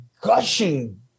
gushing